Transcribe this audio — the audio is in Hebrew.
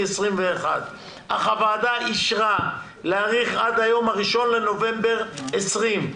2021. אך הוועדה אישרה להאריך עד יום 1 בנובמבר 2020,